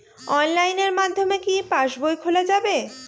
অনলাইনের মাধ্যমে কি পাসবই খোলা যাবে?